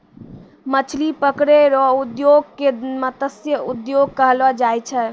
मछली पकड़ै रो उद्योग के मतस्य उद्योग कहलो जाय छै